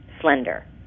slender